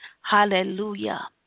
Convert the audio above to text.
Hallelujah